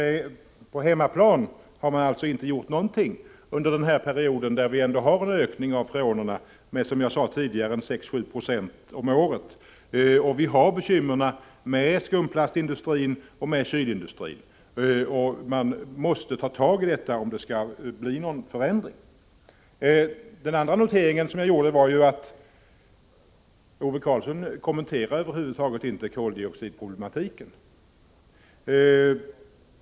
Men på hemmaplan har regeringen alltså inte gjort någonting under den period då vi ändå haft en ökning av freonerna med — som jag sade tidigare — 6-7 Jo om året. Vidare har vi bekymren med skumplastindustrin och med kylindustrin. Man måste ta tag i detta, om det skall bli någon förändring. Den andra noteringen som jag gjorde gällde att Ove Karlsson över huvud taget inte kommenterade koldioxidproblematiken.